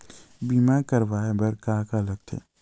बीमा करवाय बर का का लगथे?